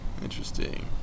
Interesting